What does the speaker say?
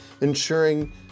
ensuring